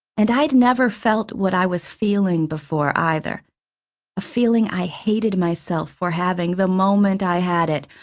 and i'd never felt what i was feeling before, either a feeling i hated myself for having the moment i had it.